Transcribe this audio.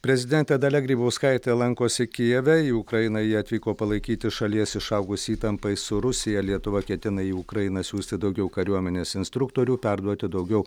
prezidentė dalia grybauskaitė lankosi kijeve į ukrainą ji atvyko palaikyti šalies išaugus įtampai su rusija lietuva ketina į ukrainą siųsti daugiau kariuomenės instruktorių perduoti daugiau